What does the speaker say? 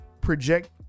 project